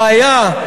הבעיה,